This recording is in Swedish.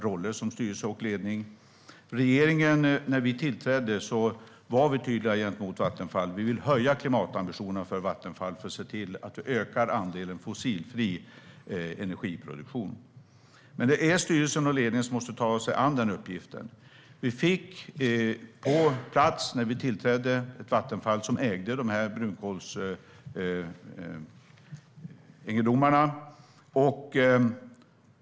När regeringen tillträdde var vi tydliga gentemot Vattenfall: Vi vill höja klimatambitionen för Vattenfall för att öka andelen fossilfri energiproduktion. Men det är styrelsen och ledningen som måste ta sig an den uppgiften. När vi tillträdde fick vi ett Vattenfall som ägde dessa brunkolsegendomar.